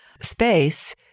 space